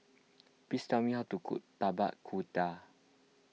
please tell me how to cook Tapak Kuda